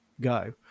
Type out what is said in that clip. go